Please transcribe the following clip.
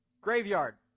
graveyard